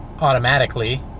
automatically